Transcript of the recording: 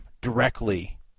directly